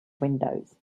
windows